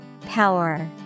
Power